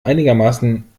einigermaßen